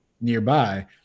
nearby